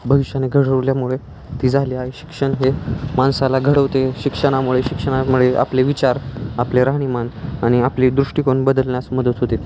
भविष्याने घडवल्यामुळे ती झाली आहे शिक्षण हे माणसाला घडवते शिक्षणामुळे शिक्षणामुळे आपले विचार आपले राहणीमान आणि आपली दृष्टिकोन बदलण्यास मदत होते